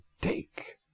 take